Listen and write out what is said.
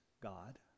God